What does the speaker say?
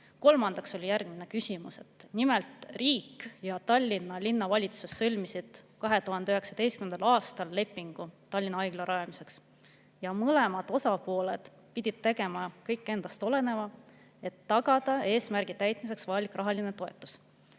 Kolmandaks oli järgmine küsimus. Nimelt, riik ja Tallinna Linnavalitsus sõlmisid 2019. aastal lepingu Tallinna Haigla rajamiseks. Mõlemad osapooled pidid tegema kõik endast oleneva, et tagada eesmärgi täitmiseks vajalik rahaline toetus.